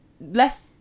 Less